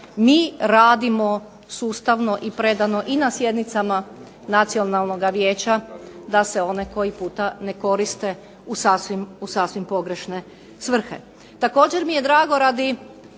mi radimo sustavno i predano i na sjednicama Nacionalnoga vijeća, da se one koji puta ne koriste u sasvim pogrešne svrhe. Također mi je drago radi